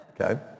Okay